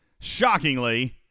shockingly